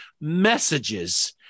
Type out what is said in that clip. messages